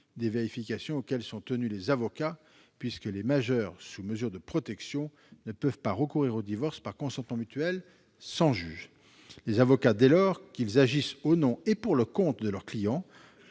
des vérifications auxquelles sont tenus les avocats, puisque les majeurs sous mesure de protection ne peuvent pas recourir au divorce par consentement mutuel sans juge. Les avocats, dès lors qu'ils agissent au nom et pour le compte de leurs clients,